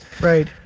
Right